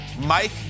Mike